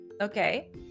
Okay